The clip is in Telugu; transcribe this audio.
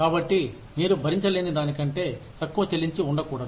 కాబట్టి మీరు భరించలేని దానికంటే తక్కువ చెల్లించి ఉండకూడదు